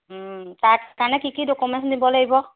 তাৰ কাৰণে কি কি ডকুমেণ্টছ নিব লাগিব